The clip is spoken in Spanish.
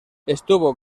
estuvo